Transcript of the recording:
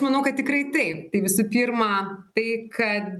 manau kad tikrai taip tai visų pirma tai kad